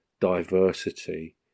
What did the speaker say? diversity